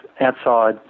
outside